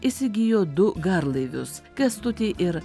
įsigijo du garlaivius kęstutį ir